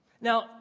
Now